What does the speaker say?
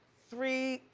three,